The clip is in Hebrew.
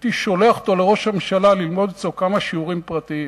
הייתי שולח אותו לראש הממשלה ללמוד אצלו כמה שיעורים פרטיים